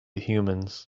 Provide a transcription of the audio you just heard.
humans